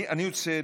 אני רוצה,